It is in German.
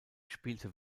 spielte